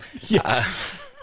Yes